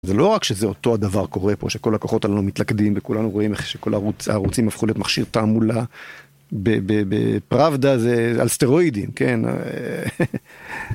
זה לא רק שזה אותו הדבר קורה פה שכל הכוחות הללו מתלכדים, וכולנו רואים איך שכל הערוצים הפכו למכשיר תעמולה... פראבדה על סטרואידים...